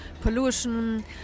pollution